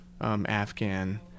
Afghan